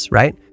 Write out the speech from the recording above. right